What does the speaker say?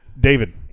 David